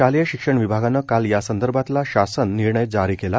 शालेय शिक्षण विभागानं काल यासंदर्भातला शासन निर्णय जारी केला